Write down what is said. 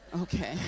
Okay